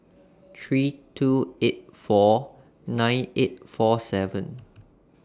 three two eight four nine eight four seven